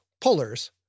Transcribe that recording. pullers